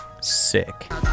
Sick